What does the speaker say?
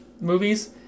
movies